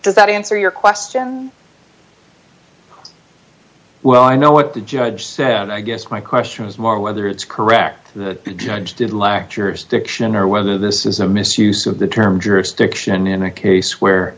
does that answer your question well i know what the judge said and i guess my question is more whether it's correct the judge did lack jurisdiction or whether this is a misuse of the term jurisdiction in a case where